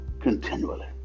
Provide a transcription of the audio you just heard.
continually